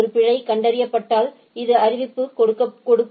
ஒரு பிழை கண்டறியப்பட்டால் இது அறிவிப்பு கொடுக்கும்